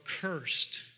cursed